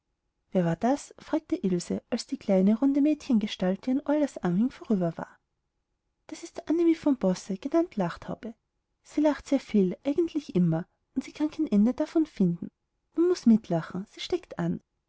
wer war das fragte ilse als die kleine runde mädchengestalt die an orlas arme hing vorüber war das ist annemie von bosse genannt lachtaube sie lacht sehr viel eigentlich immer und sie kann keine ende davon finden man muß mitlachen sie steckt an